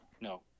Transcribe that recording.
No